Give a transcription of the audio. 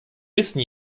wissen